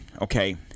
okay